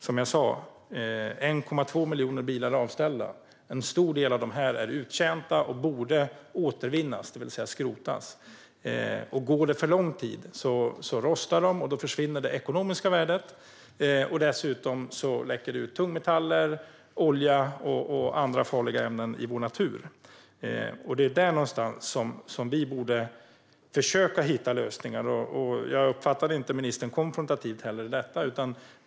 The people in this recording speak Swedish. Som jag sa är 1,2 miljoner bilar avställda. En stor del av dem är uttjänta och borde återvinnas, det vill säga skrotas. Går det för lång tid rostar de. Då försvinner det ekonomiska värdet, och dessutom läcker det ut tungmetaller, olja och andra farliga ämnen i vår natur. Det är där någonstans vi borde försöka hitta lösningar. Jag uppfattar inte ministern som konfrontativ i detta.